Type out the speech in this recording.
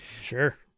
Sure